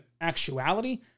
actuality